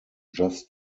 just